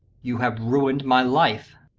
you have ruined my life,